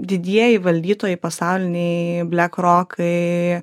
didieji valdytojai pasauliniai blekrokai